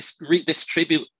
redistribute